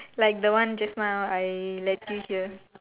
like the one just now I let you hear